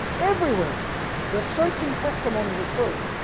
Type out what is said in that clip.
everywhere the searching testimony was heard,